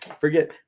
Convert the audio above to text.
Forget